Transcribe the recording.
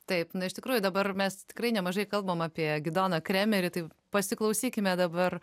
taip na iš tikrųjų dabar mes tikrai nemažai kalbam apie gidoną kremerį tai pasiklausykime dabar